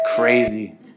crazy